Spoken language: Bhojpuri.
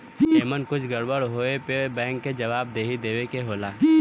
एमन कुछ गड़बड़ होए पे बैंक के जवाबदेही देवे के होला